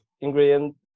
ingredients